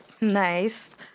Nice